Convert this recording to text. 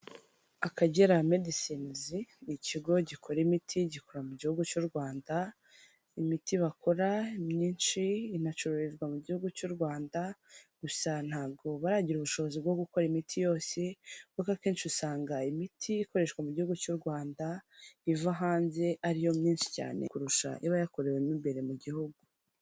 Akagera medicines ni ikigo gikora imiti gikorera mu gihugu cy'u Rwanda, imiti bakora myinshi inacururizwa mu gihugu cy'u Rwanda gusa ntabwo baragira ubushobozi bwo gukora imiti yose kuko akenshi usanga imiti ikoreshwa mu gihugu cy'u Rwanda iva hanze ariyo myinshi cyane kurusha iba yakorewemo imbere mu gihugu.